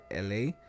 la